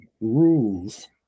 rules